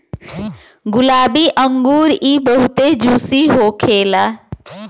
गुलाबी अंगूर इ बहुते जूसी होखेला